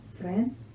friend